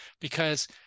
because-